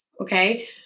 okay